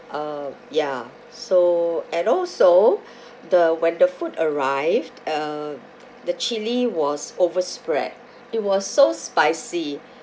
uh ya so and also the when the food arrived uh the chilli was overspread it was so spicy